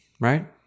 right